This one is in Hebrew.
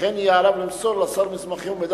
וכן יהיה עליו למסור לשר מסמכים ומידע